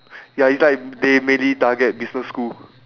ya it's like they mainly target business school